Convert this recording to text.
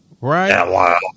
right